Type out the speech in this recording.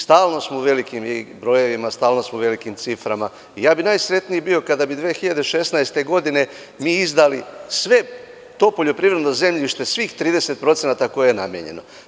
Stalno smo u velikim brojevima, stalno smo u velikim ciframa i ja bih najsrećniji bio kada bi 2016. godine mi izdali sve to poljoprivredno zemljište, svih 30% koje je namenjeno.